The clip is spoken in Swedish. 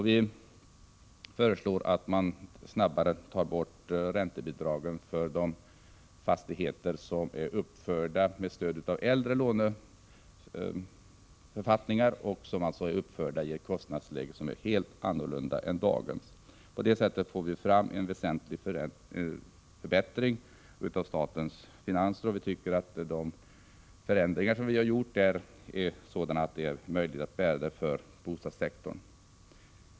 Vidare föreslår vi att man snabbare tar bort räntebidragen för de fastigheter som är uppförda med stöd av äldre låneförfattningar och i ett kostnadsläge som är helt annorlunda än dagens. På det sättet får vi fram en väsentlig förbättring av statens finanser. Vi tycker att de förändringar som vi föreslår är sådana att de är möjliga att bära för bostadssektorn.